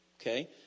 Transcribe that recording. Okay